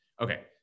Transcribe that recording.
okay